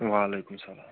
وَعلیکُم سَلام